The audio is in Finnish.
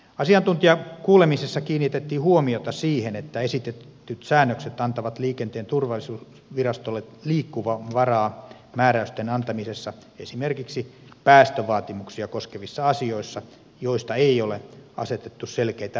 asiantuntijakuulemisessa kiinnitettiin huomiota siihen että esitetyt säännökset antavat liikenteen turvallisuusvirastolle liikkumavaraa määräysten antamisessa esimerkiksi päästövaatimuksia koskevissa asioissa joista ei ole asetettu selkeitä raja arvoja